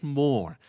more